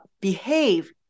behave